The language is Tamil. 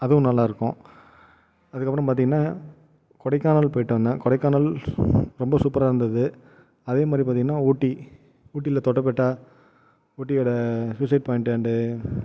அதுவும் நல்லாருக்கும் அதுக்கு அப்புறம் பார்த்திங்கன்னா கொடைக்கானல் போயிட்டு வந்தேன் கொடைக்கானல் ரொம்ப சூப்பராக இருந்தது அதேமாதிரி பார்த்திங்கன்னா ஊட்டி ஊட்டியில் தொட்டபெட்டா ஊட்டியோட சூசைட் பாய்ண்ட் அண்ட்